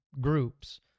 groups